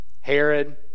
Herod